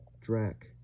Drac